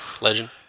Legend